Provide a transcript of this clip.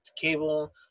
cable